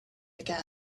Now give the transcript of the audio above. again